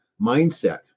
mindset